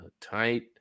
tight